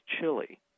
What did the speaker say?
Chile